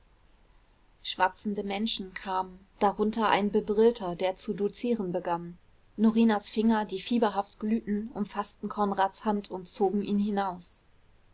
schwatzende menschen kamen darunter ein bebrillter der zu dozieren begann norinas finger die fieberhaft glühten umfaßten konrads hand und zogen ihn hinaus